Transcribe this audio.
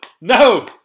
no